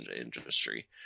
industry